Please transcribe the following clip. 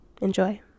Enjoy